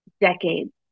decades